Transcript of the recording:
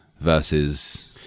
versus